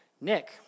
Nick